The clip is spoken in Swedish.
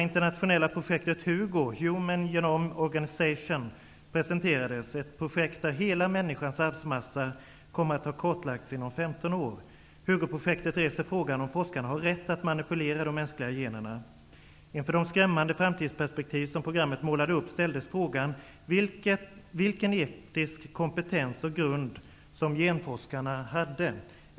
HUman Genome Organization -- presenterades, ett projekt där hela människans arvsmassa kommer att ha kartlagts inom 15 år. HUGO-projektet reser frågan om forskarna har rätt att manipulera de mänskliga generna. Inför de skrämmande framtidsperspektiv som programmet målade upp ställdes frågan vilken etisk kompetens och grund som genforskarna hade.